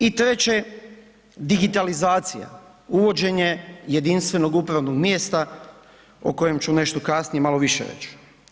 I treće, digitalizacija, uvođenje jedinstvenog upravnog mjesta o kojem ću nešto kasnije malo više reći.